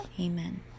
Amen